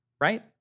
right